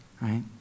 right